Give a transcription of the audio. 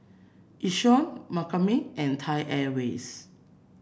Yishion McCormick and Thai Airways